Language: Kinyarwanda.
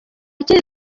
kindi